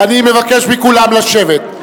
אני מבקש מכולם לשבת.